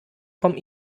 vom